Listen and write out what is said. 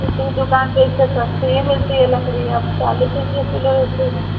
दूसरी दुकान पर इससे सस्ती ही मिलती है लकड़ियाँ आप चालीस रुपये किलो रेट दे रहे हैं